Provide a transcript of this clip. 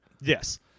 Yes